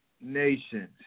nations